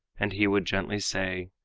and he would gently say,